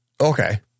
Okay